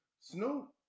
Snoop